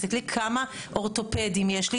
תסתכלי כמה אורתופדים יש לי.